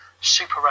Super